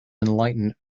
enlightened